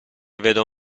vedo